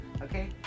Okay